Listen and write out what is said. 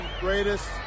greatest